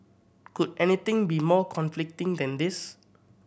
could anything be more conflicting than this